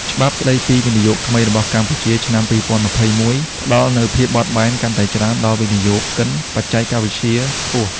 ច្បាប់ស្ដីពីវិនិយោគថ្មីរបស់កម្ពុជា ឆ្នាំ ២០២១ ផ្ដល់នូវភាពបត់បែនកាន់តែច្រើនដល់វិនិយោគិនបច្គេកវិទ្យាខ្ពស់។